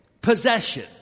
possession